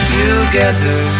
together